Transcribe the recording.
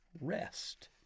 rest